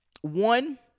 One